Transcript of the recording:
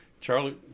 Charlie